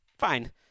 fine